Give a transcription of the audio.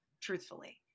truthfully